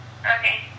Okay